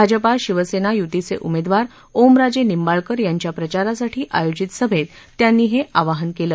भाजपा शिवसेना य्तीचे उमेदवार ओमराजे निंबाळक यांच्या प्रचारासाठी आयोजित सभेत त्यांनी हे आवाहन केलं